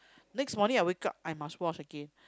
next morning I wake up I must wash again